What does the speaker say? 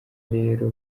rero